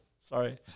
sorry